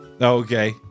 Okay